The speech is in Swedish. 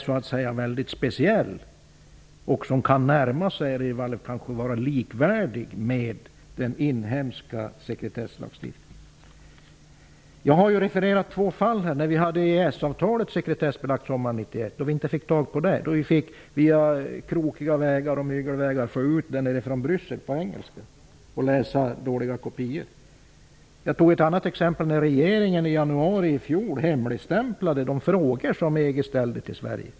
Det är speciellt och kan närma sig eller vara likvärdigt med den inhemska sekretesslagstftningen. Jag har refererat två fall. Sommaren 1991 var EES avtalet sekretessbelagt, och det gick inte att få tag i det. På krokiga vägar gick det att få ut dåliga kopior på engelska från Bryssel. Jag tog upp ett annat exempel när regeringen i januari i fjol hemligstämplade de frågor EG ställde till Sverige.